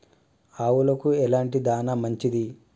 ఆవులకు ఎలాంటి దాణా మంచిది?